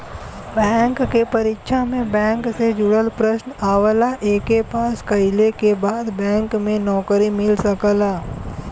bank के परीक्षा में बैंक से जुड़ल प्रश्न आवला एके पास कइले के बाद बैंक में नौकरी मिल सकला